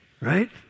right